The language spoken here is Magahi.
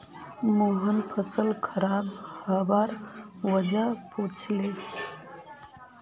मोहन फसल खराब हबार वजह पुछले